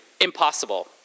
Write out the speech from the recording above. impossible